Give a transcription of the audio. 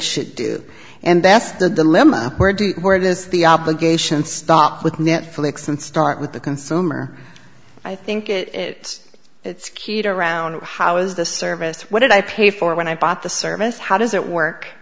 should do and that's the dilemma where do where it is the obligation stop with netflix and start with the consumer i think it it it's cute around how is the service what did i pay for when i bought the service how does it work